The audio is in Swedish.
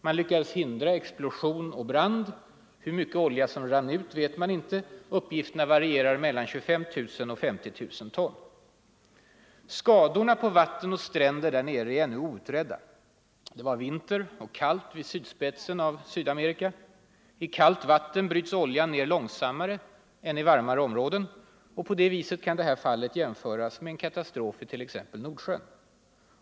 Man lyckades hindra explosion och brand. Hur mycket olja som rann ut vet man inte. Uppgifterna varierar mellan 25 000 och 50 000 ton. Skadorna på vatten och stränder där nere är ännu outredda. Det var vinter och kallt vid sydspetsen på Sydamerika. I kallt vatten bryts oljan ned långsammare än i varmare områden. På det viset kan det här fallet jämföras med en katastrof i t.ex. Nordsjön.